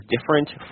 different